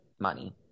money